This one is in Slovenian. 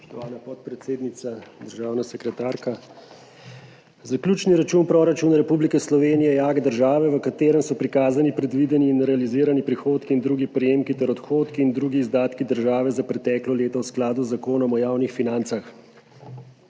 Spoštovana podpredsednica, državna sekretarka! Zaključni račun proračuna Republike Slovenije je akt države, v katerem so prikazani predvideni in realizirani prihodki in drugi prejemki ter odhodki in drugi izdatki države za preteklo leto v skladu z Zakonom o javnih financah.